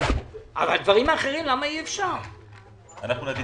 אנחנו נביא